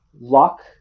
luck